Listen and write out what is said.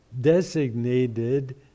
designated